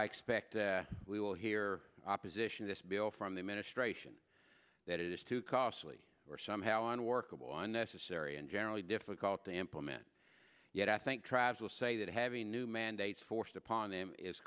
i expect we will hear opposition this bill from the administration that it is too costly or somehow unworkable unnecessary and generally difficult to implement yet i think traps will say that having new mandates forced